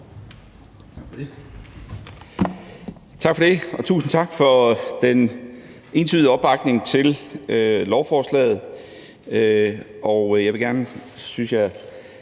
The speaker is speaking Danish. Tak for det,